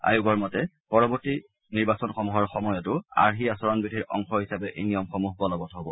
আয়োগৰ মতে পৰৱৰ্তী নিৰ্বাচনসমূহৰ সময়তো আৰ্হি আচৰণবিধিৰ অংশ হিচাপে এই নিয়মসমূহ বলৱৎ হব